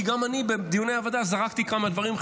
כי גם אני בדיוני הוועדה זרקתי כמה דברים,